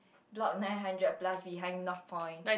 block nine hundred plus behind NorthPoint